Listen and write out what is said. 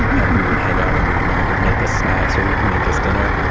and we would hang out and then my mom would make us snacks or make us dinner.